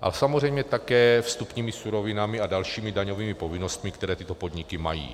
ale samozřejmě také vstupními surovinami a dalšími daňovými povinnostmi, které tyto podniky mají.